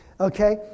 okay